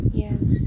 yes